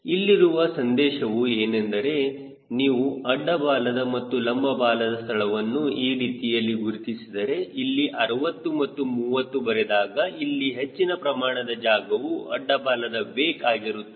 ಇಲ್ಲಿರುವ ಸಂದೇಶವು ಏನೆಂದರೆ ನೀವು ಅಡ್ಡ ಬಾಲದ ಮತ್ತು ಲಂಬ ಬಾಲದ ಸ್ಥಳವನ್ನು ಈ ರೀತಿಯಲ್ಲಿ ಗುರುತಿಸಿದರೆ ಇಲ್ಲಿ 60 ಮತ್ತು 30 ಬರೆದಾಗ ಇಲ್ಲಿ ಹೆಚ್ಚಿನ ಪ್ರಮಾಣದ ಜಾಗವು ಅಡ್ಡ ಬಾಲದ ವೇಕ್ ಆಗಿರುತ್ತದೆ